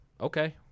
okay